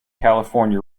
california